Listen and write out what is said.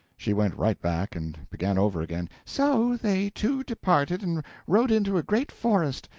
she went right back and began over again so they two departed and rode into a great forest.